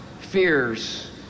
fears